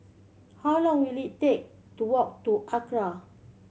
how long will it take to walk to ACRA